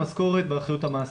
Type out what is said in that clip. המשכורת באחריות המעסיק.